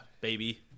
baby